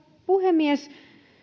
puhemies